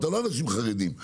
לא אנשים חרדים.